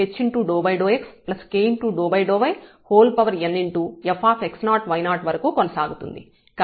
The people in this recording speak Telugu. h∂xk∂ynfx0y0 వరకు కొనసాగుతుంది